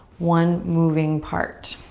one moving part.